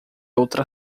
outra